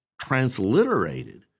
transliterated